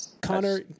Connor